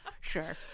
Sure